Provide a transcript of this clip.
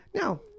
Now